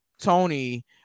Tony